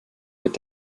wird